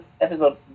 episode